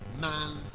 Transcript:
man